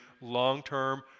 long-term